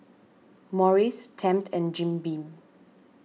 Morries Tempt and Jim Beam